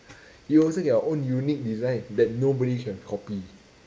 you also get your own unique design that nobody can copy